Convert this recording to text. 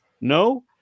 No